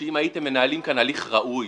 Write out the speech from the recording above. שאם הייתם מנהלים כאן תהליך ראוי,